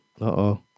uh-oh